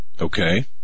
Okay